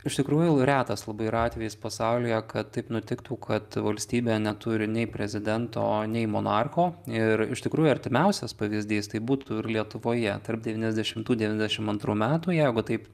iš tikrųjų retas labai yra atvejis pasaulyje kad taip nutiktų kad valstybė neturi nei prezidento nei monarcho ir iš tikrųjų artimiausias pavyzdys tai būtų ir lietuvoje tarp devyniasdešimtų devyniasdešimt antrų metų jeigu taip